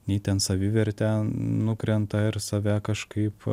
nei ten savivertė nukrenta ir save kažkaip